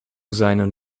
seinen